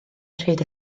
hyd